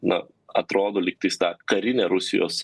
na atrodo lygtais ta karinė rusijos